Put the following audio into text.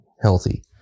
healthy